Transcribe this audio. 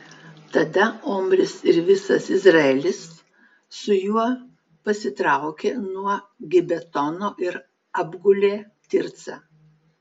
tada omris ir visas izraelis su juo pasitraukė nuo gibetono ir apgulė tircą